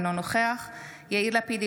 אינו נוכח יאיר לפיד,